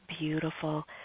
beautiful